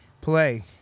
play